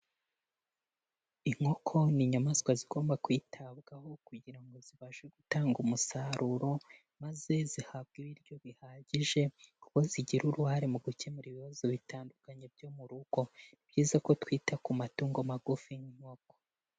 Inkoko ni inyamaswa zigomba kwitabwaho kugira ngo zibashe gutanga umusaruro, maze zihabwe ibiryo bihagije kuko zigira uruhare mu gukemura ibibazo bitandukanye byo mu rugo, ni byiza ko twita ku matungo magufi y'inkoko.